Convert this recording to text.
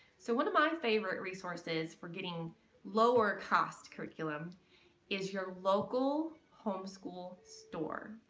so one of my favorite resources for getting lower cost curriculum is your local home school store.